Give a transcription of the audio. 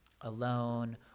alone